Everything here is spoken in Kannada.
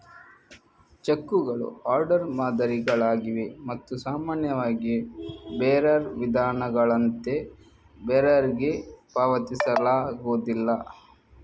ಚೆಕ್ಕುಗಳು ಆರ್ಡರ್ ಮಾದರಿಗಳಾಗಿವೆ ಮತ್ತು ಸಾಮಾನ್ಯವಾಗಿ ಬೇರರ್ ವಿಧಾನಗಳಂತೆ ಬೇರರಿಗೆ ಪಾವತಿಸಲಾಗುವುದಿಲ್ಲ